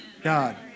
God